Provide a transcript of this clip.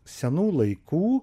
senų laikų